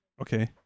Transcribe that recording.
Okay